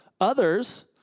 Others